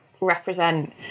represent